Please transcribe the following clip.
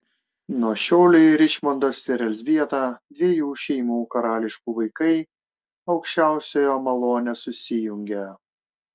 nuo šiolei ričmondas ir elzbieta dviejų šeimų karališkų vaikai aukščiausiojo malone susijungia